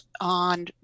on